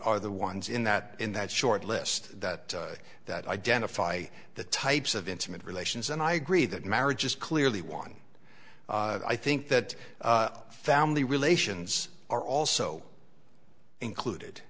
are the ones in that in that short list that that identify the types of intimate relations and i agree that marriage is clearly one i think that family relations are also included